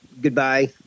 Goodbye